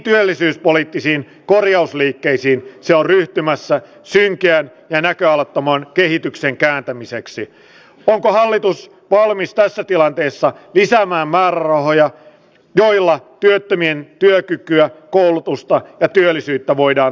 työllisyyspoliittisiin korjausliikkeisiin se on ryhtymässä symbian ja näköalattoman kehityksen kääntämiseksi jonka hallitus valmis tässä tilanteessa lisäämään määrärahoja joilla työttömien työkyky ja koulutusta ja työllisyyttä voidaan